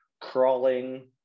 crawling